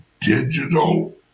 digital